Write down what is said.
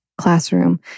classroom